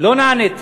לא נעניתי.